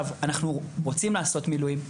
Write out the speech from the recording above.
אנחנו רוצים לעשות מילואים,